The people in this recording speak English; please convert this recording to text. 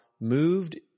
moved